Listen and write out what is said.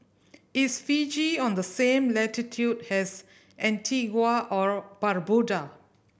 is Fiji on the same latitude as Antigua or Barbuda